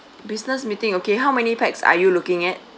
business meeting okay how many pax are you looking at